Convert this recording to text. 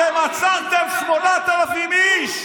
אתם עצרתם 8,000 איש.